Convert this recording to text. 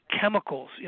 chemicals